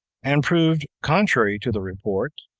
and proved contrary to the report,